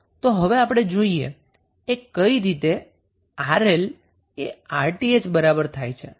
તો હવે આપણે જોઈએ એ કઈ રીતે 𝑅𝐿 એ 𝑅𝑇ℎ બરાબર થાય છે